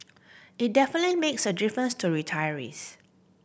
it definitely makes a difference to retirees